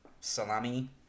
salami